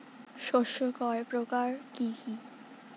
শস্য কয় প্রকার কি কি?